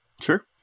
sure